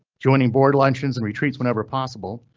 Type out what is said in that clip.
joining board luncheons and retreats whenever possible.